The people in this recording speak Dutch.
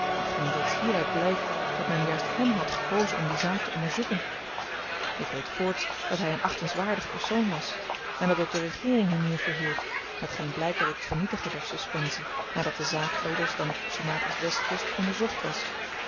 hetgeen reeds hieruit blykt dat men juist hem had gekozen om die zaak te onderzoeken ik weet voorts dat hy een achtenswaardig persoon was en dat ook de regeering hem hiervoor hield hetgeen blykt uit het vernietigen der suspensie nadat de zaak elders dan op sumatra's westkust onderzocht was